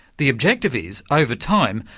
the objective is, over time,